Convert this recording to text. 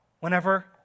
Whenever